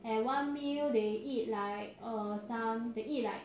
and one meal they eat like uh some they eat like